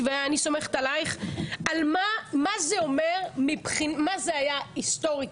ושמעתי מה אמרת על איתמר בן גביר,